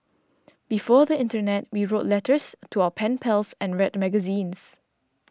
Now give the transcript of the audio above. before the internet we wrote letters to our pen pals and read magazines